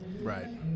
Right